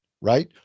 right